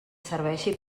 serveixi